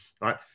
right